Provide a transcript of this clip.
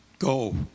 Go